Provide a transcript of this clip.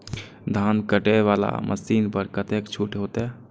धान कटे वाला मशीन पर कतेक छूट होते?